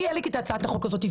אני העליתי את הצעת החוק הזאת,